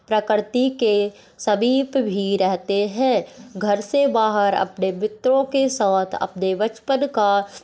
प्रक्रति के समीप भी रहते हैं घर से बाहर अपने मित्रों के साथ अपने बचपन का